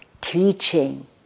teaching